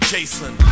Jason